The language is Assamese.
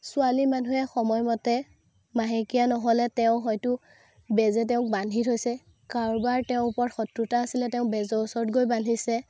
ছোৱালী মানুহে সময়মতে মাহেকীয়া নহ'লে তেওঁ হয়তো বেজে তেওঁক বান্ধি থৈছে কাৰোবাৰ তেওঁৰ ওপৰত শত্ৰুতা আছিলে তেওঁ বেজৰ ওচৰত গৈ বান্ধিছে